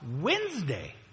Wednesday